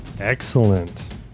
Excellent